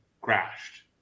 crashed